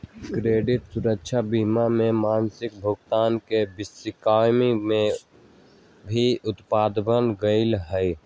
credit सुरक्षवा बीमा में मासिक भुगतान के स्कीम के भी अपनावल गैले है